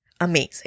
amazing